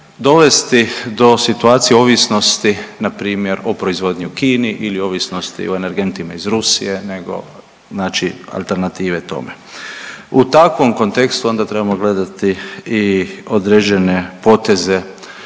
dovesti situacije ovisnosti npr. o proizvodnji u Kini ili ovisnosti o energentima iz Rusije nego znači alternative tome. U takvom kontekstu onda trebamo gledati i određene poteze